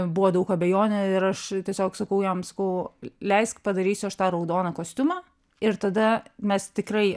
buvo daug abejonių ir aš tiesiog sakau jam sakau leisk padarysiu aš tą raudoną kostiumą ir tada mes tikrai